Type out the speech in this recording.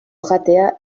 jatea